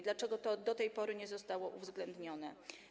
Dlaczego do tej pory nie zostało to uwzględnione?